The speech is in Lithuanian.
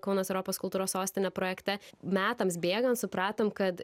kaunas europos kultūros sostinė projekte metams bėgant supratom kad